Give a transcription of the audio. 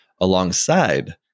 alongside